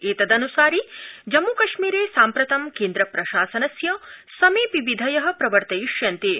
एतदन्सारि जम्मूकश्मीरे साम्प्रतं केन्द्रप्रशासनस्य समेऽपि विधय प्रवर्तयिष्यन्ते